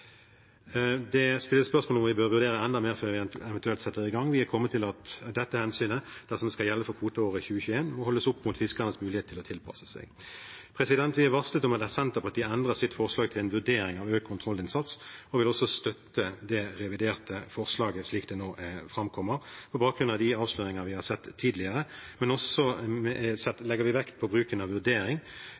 Det stilles spørsmål ved om vi bør vurdere enda mer før vi eventuelt setter i gang. Vi er kommet til at dette hensynet, dersom det skal gjelde for kvoteåret 2021, må holdes opp mot fiskernes mulighet til å tilpasse seg. Vi er varslet om at Senterpartiet endrer sitt forslag til en vurdering av økt kontrollinnsats og vil støtte det reviderte forslaget, slik det nå framkommer, på bakgrunn av de avsløringer vi har sett tidligere, men vi legger også vekt på bruken av vurdering,